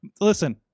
listen